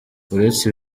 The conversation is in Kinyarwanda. uretse